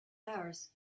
hours